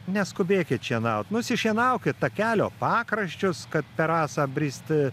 neskubėkit šienauti nusišienaukit takelio pakraščius kad per rasą bristi